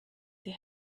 die